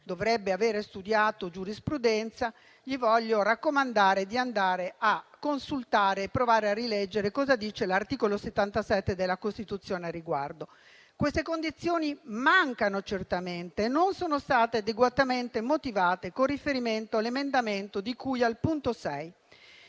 dovrebbe avere studiato giurisprudenza, gli voglio raccomandare di andare a consultare e provare a rileggere cosa dice l'articolo 77 della Costituzione al riguardo. Queste condizioni mancano certamente e non sono state adeguatamente motivate con riferimento all'emendamento di cui al punto 6.